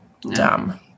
Dumb